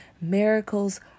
Miracles